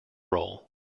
role